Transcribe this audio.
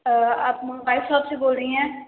आप mobile shop से बोल रही हैं